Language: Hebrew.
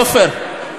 עפר,